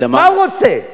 מה הוא רוצה?